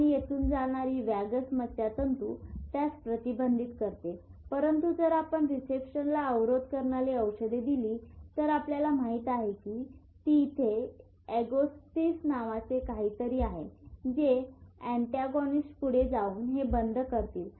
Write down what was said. आणि येथून जाणारी वॅगस मज्जातंतू त्यास प्रतिबंधित करते परंतु जर आपण रिसेप्टर्सला अवरोध करणारी औषधे दिली तर आपल्याला माहित आहे की तेथे अगोनिस्ट नावाचे काहीतरी आहे जे अँटॅगॉनिस्ट पुढे जाऊन हे बंद करतील